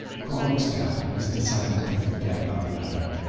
krogstad has decided to forget about the matter,